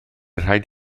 rhaid